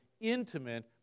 intimate